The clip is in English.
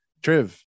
triv